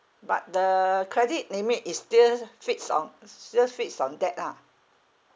but the credit limit is still fixed on still fixed on that lah